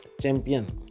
champion